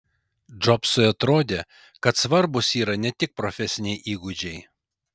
džobsui atrodė kad svarbūs yra ne tik profesiniai įgūdžiai